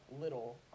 little